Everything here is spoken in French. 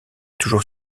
toujours